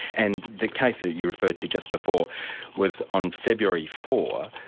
and the case that you referred to just before was on february four,